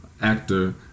actor